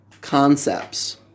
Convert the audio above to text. concepts